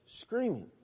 screaming